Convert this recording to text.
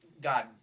God